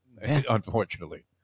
unfortunately